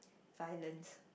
violent